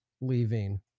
leaving